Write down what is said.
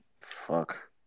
Fuck